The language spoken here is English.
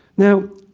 now,